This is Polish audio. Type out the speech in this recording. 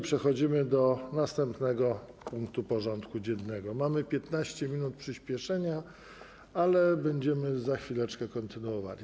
Przechodzimy do następnego punktu porządku dziennego, Mamy 15 minut przyśpieszenia, ale będziemy za chwileczkę kontynuowali.